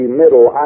middle